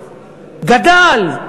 גדל,